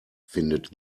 findet